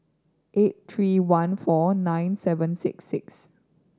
eight three one four nine seven six six